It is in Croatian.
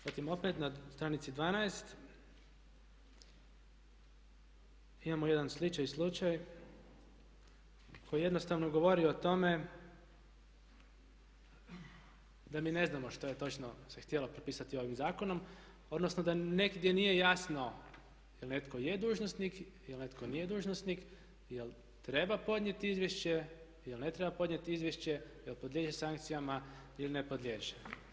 Zatim opet na stranici 12 imamo jedan …/Govornik se ne razumije. koji jednostavno govori o tome da mi ne znamo što je točno se htjelo propisati ovim zakonom, odnosno da negdje nije jasno jel' netko je dužnosnik, jel' netko nije dužnosnik, jel' treba podnijeti izvješće, jel' ne treba podnijeti izvješće, jel' podliježe sankcijama ili ne podliježe.